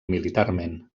militarment